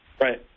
Right